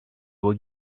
were